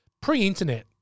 pre-internet